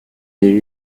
les